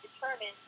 determined